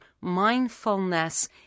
mindfulness